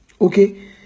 Okay